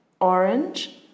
orange